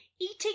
eating